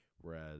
Whereas